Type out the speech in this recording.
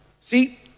See